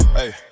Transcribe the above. hey